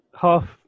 half